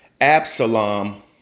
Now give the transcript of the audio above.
Absalom